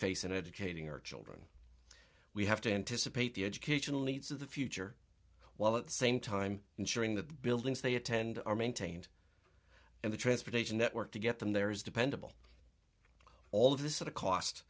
face in educating our children we have to anticipate the educational needs of the future while at the same time ensuring that the buildings they attend are maintained and the transportation network to get them there is dependable all of this sort of cost